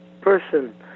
person